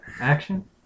Action